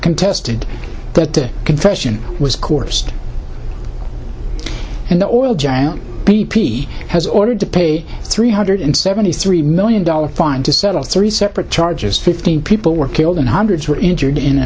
contested that the confession was coerced and the oil giant b p has ordered to pay three hundred seventy three million dollars fine to settle three separate charges fifteen people were killed and hundreds were injured in